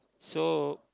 so